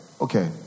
okay